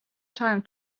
time